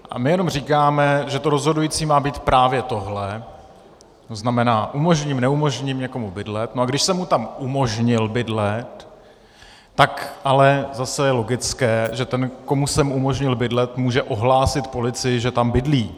A my jenom říkáme, že to rozhodující má být právě tohle, to znamená umožnímneumožním někomu bydlet, a když jsem mu tam umožnil bydlet, tak ale zase je logické, že ten, komu jsem umožnil bydlet, může ohlásit policii, že tam bydlí.